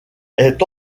est